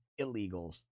illegals